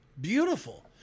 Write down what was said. Beautiful